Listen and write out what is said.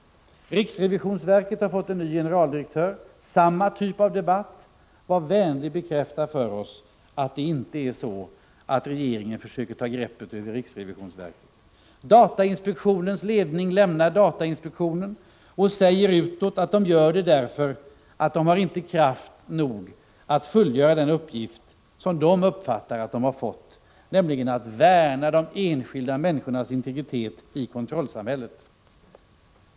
Riksrevisionsverket har fått en ny generaldirektör. I det fallet har vi samma typ av debatt. Var vänlig bekräfta för oss att det inte är så att regeringen försöker få greppet över riksrevisionsverket! Personer i datainspektionens ledning lämnar datainspektionen och säger utåt att de gör det därför att de inte har kraft nog att fullgöra den uppgift som de uppfattar att de har fått, nämligen att värna de enskilda människornas integritet i kontrollsamhället.